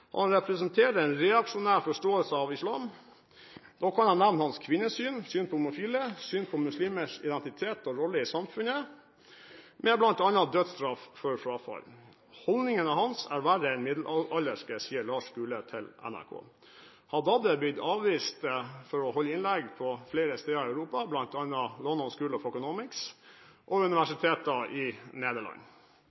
representerer en reaksjonær forståelse av islam. Da kan jeg nevne hans kvinnesyn, syn på homofile, syn på muslimers identitet og rolle i samfunnet, med bl.a. dødsstraff for frafall. Holdningene hans er verre enn middelalderske, sier Lars Gule til NRK.» Al-Haddad er blitt avvist flere steder i Europa når det gjelder å holde innlegg,